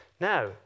Now